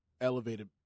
elevated